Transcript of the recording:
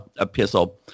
epistle